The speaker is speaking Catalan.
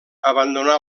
abandonà